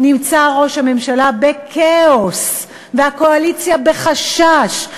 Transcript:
ראש הממשלה נמצא בכאוס והקואליציה בחשש,